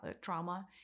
trauma